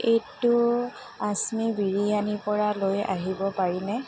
এইটো আস্মি বিৰিয়ানীৰ পৰা লৈ আহিব পাৰিনে